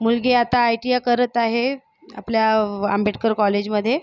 मुलगी आता I T I करत आहे आपल्या आंबेडकर कॉलेजमध्ये